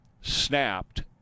snapped